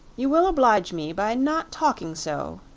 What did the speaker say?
you will oblige me by not talking so,